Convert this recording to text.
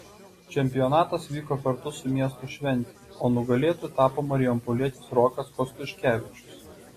čempionatas vyko kartu su miesto švente o nugalėtoju tapo marijampolietis rokas kostiuškevičius